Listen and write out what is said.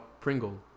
Pringle